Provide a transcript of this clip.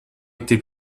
été